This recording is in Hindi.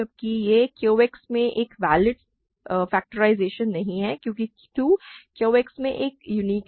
जबकि यह Q X में एक वैलिड फ़ैक्टराइज़ेशन नहीं है क्योंकि 2 Q X में एक यूनिट है